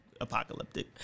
apocalyptic